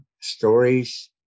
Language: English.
stories